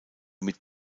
mit